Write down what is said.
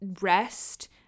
rest